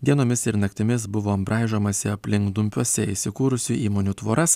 dienomis ir naktimis buvo braižomasi aplink dumpiuose įsikūrusių įmonių tvoras